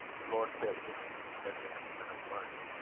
lord bacon advancement of learning.